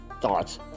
thoughts